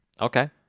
okay